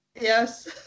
Yes